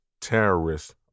terrorists